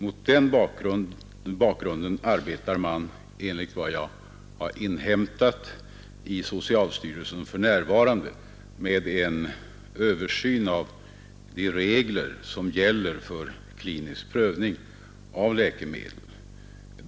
Mot den bakgrunden arbetar man enligt vad jag har inhämtat i socialstyrelsen för närvarande med en översyn av de regler som gäller för klinisk prövning av läkemedel.